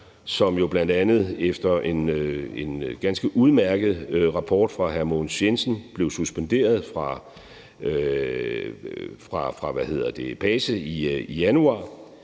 jo bl.a. efter en ganske udmærket rapport fra hr. Mogens Jensen blev suspenderet fra PACE i januar.